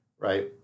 right